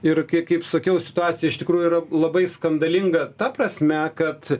ir kaip sakiau situacija iš tikrųjų yra labai skandalinga ta prasme kad